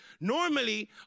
Normally